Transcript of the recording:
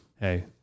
Hey